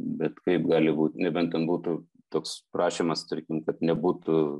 bet kaip gali būt nebent ten būtų toks prašymas tarkim kad nebūtų